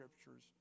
scriptures